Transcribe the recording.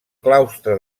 claustre